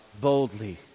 boldly